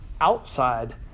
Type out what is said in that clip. outside